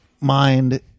mind